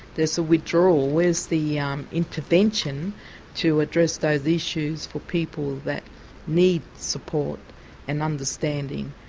there's a withdrawal. where's the um intervention to address those issues for people that need support and understanding,